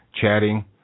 chatting